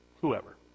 whoever